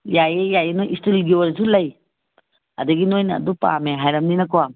ꯌꯥꯏꯌꯦ ꯌꯥꯏꯌꯦ ꯅꯣꯏ ꯏꯁꯇꯤꯜꯒꯤ ꯑꯣꯏꯔꯁꯨ ꯂꯩ ꯑꯗꯒꯤ ꯅꯣꯏꯅ ꯑꯗꯨ ꯄꯥꯝꯃꯦ ꯍꯥꯏꯔꯝꯅꯤꯅꯀꯣ